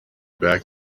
back